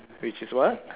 which is what